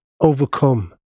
Overcome